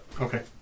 Okay